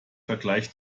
vergleich